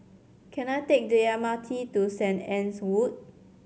can I take the M R T to Saint Anne's Wood